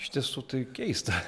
iš tiesų tai keista